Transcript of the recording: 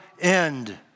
end